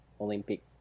olympic